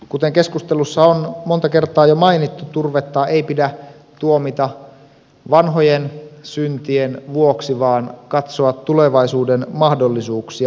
kuten keskustelussa on monta kertaa jo mainittu turvetta ei pidä tuomita vanhojen syntien vuoksi vaan pitää katsoa tulevaisuuden mahdollisuuksia